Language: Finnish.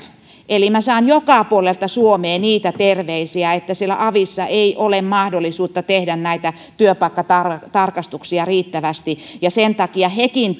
eli minä saan joka puolelta suomea niitä terveisiä että siellä avissa ei ole mahdollisuutta tehdä näitä työpaikkatarkastuksia riittävästi ja sen takia hekin